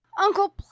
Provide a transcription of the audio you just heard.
Uncle